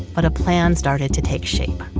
but a plan started to take shape.